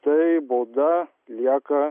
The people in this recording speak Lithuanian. tai bauda lieka